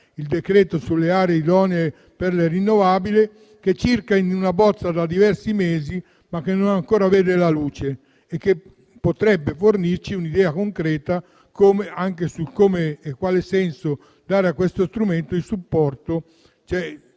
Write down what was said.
il decreto sulle aree idonee per le rinnovabili, che circola in una bozza da diversi mesi, ma che ancora non vede la luce e che potrebbe fornirci un'idea concreta, anche sul senso dare a questo strumento in relazione